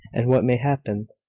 and what may happen?